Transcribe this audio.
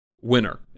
winner